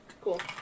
Cool